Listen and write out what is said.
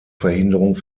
verhinderung